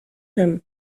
him